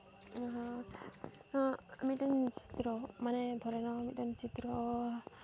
ᱢᱤᱫᱴᱮᱱ ᱪᱤᱛᱨᱚ ᱢᱟᱱᱮ ᱫᱷᱚᱨᱮ ᱱᱟᱣ ᱢᱤᱫᱴᱮᱱ ᱪᱤᱛᱨᱚ